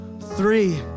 three